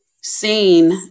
seen